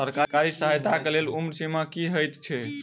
सरकारी सहायता केँ लेल उम्र सीमा की हएत छई?